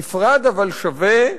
נפרד אבל שווה,